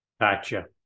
Gotcha